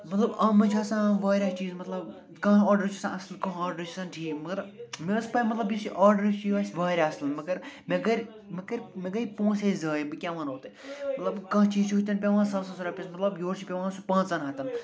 مطلب اَتھ منٛز چھِ آسان وارِیاہ چیٖز مطلب کانٛہہ آرڈر چھِ آسان اصٕل کانٛہہ آرڈر چھُ آسان ٹھیٖک مگر مےٚ ٲس پے مطلب یُس یہِ آرڈر چھُ یہِ آسہِ وارِیاہ اصٕل مگر مےٚ کٔرۍ مےٚ کٔرۍ مےٚ گٔے پونٛسَے زایہِ بہٕ کیٛاہ ونو تۄہہِ مطلب کانٛہہ چیٖز چھُ ہُتٮ۪ن پٮ۪وان ساسَس رۄپیس مطلب یورٕ چھِ پٮ۪وان سُہ پانٛژن ہتَن